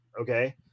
okay